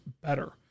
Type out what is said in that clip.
better